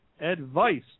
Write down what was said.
advice